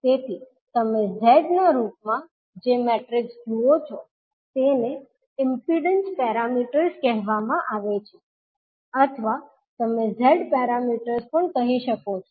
તેથી તમે 𝐳 ના રૂપમાં જે મેટ્રિક્સ જુઓ છો તેને ઇમ્પિડન્સ પેરામીટર્સ કહેવામાં આવે છે અથવા તમે z પેરામીટર્સ પણ કહી શકો છો